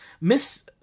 Miss